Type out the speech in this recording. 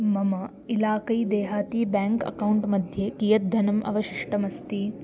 मम इलाकै देहाती ब्याङ्क् अक्कौण्ट् मध्ये कियत् धनम् अवशिष्टम् अस्ति